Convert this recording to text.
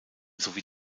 sowie